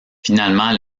finalement